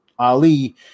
Ali